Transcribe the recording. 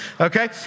okay